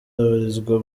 babarizwa